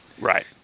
right